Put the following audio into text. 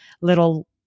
little